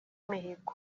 mihigo